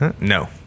no